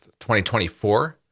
2024